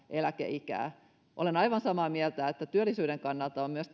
eläkeikää olen aivan samaa mieltä siitä että työllisyyden kannalta on tärkeää myös